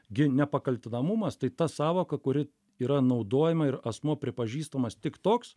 gi nepakaltinamumas tai ta sąvoka kuri yra naudojama ir asmuo pripažįstamas tik toks